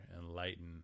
enlighten